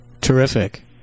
Terrific